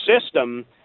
system